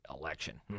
Election